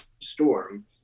storm